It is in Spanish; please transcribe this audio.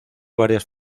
varias